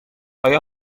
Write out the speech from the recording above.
آیا